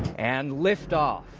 and liftoff,